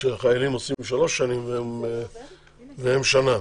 שהחיילים עושים שלוש שנים והן שנה.